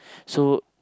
so